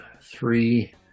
three